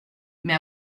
mais